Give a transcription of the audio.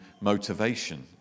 motivation